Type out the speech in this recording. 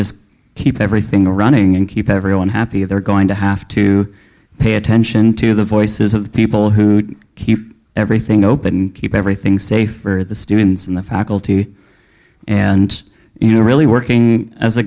just keep everything running and keep everyone happy they're going to have to pay attention to the voices of the people who keep everything open keep everything safe for the students and the faculty and you know really working as a